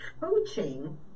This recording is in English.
coaching